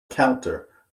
counter